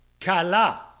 kala